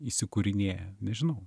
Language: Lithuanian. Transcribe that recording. įsikūrinėja nežinau